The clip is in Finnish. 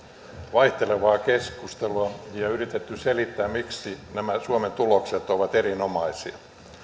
vaihtelevaa keskustelua ja yritetty selittää miksi nämä suomen tulokset ovat erinomaisia